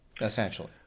essentially